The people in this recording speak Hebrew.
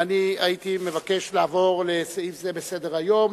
ואני מבקש לעבור לסעיף זה בסדר-היום.